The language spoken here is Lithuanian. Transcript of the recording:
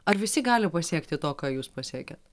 ar visi gali pasiekti to ką jūs pasiekėt